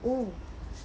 oh